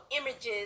images